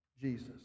Jesus